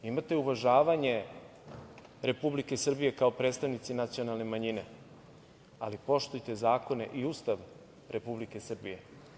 Imate uvažavanje Republike Srbije kao predstavnici nacionalne manje, ali poštujte zakone i Ustav Republike Srbije.